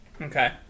Okay